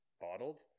bottled